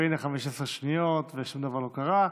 והינה 15 שניות ושום דבר לא קרה.